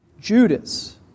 Judas